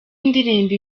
indirimbo